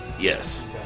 Yes